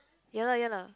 ya lah ya lah